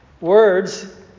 words